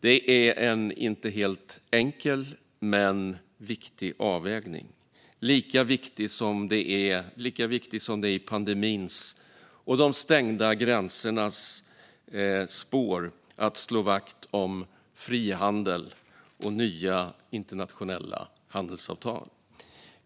Det är en inte helt enkel men viktig avvägning - lika viktig som att i pandemins och de stängda gränsernas spår slå vakt om frihandel och nya internationella handelsavtal.